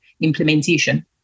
implementation